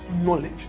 knowledge